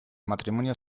matrimonio